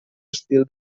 estil